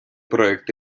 проект